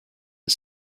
and